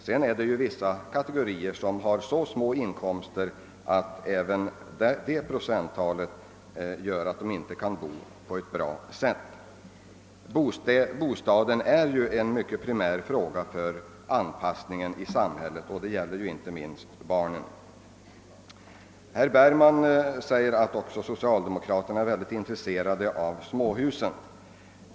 Men vissa kategorier har så små inkomster att inte heller det procenttalet gör det möjligt för dem att bo tillfredsställande. En god bostad är ju en primär förutsättning för anpassningen i samhället inte minst när det gäller barnen. Vidare sade herr Bergman att även socialdemokraterna är mycket intresserade av småhusbyggen.